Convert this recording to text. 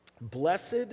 Blessed